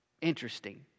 Interesting